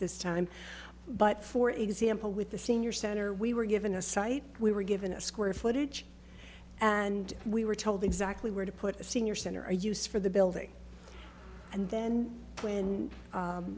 this time but for example with the senior center we were given a site we were given a square footage and we were told exactly where to put a senior center use for the building and then when